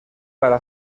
para